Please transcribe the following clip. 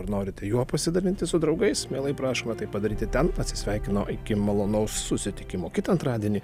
ar norite juo pasidalinti su draugais mielai prašome tai padaryti ten atsisveikinu iki malonaus susitikimo kitą antradienį